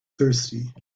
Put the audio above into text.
thirsty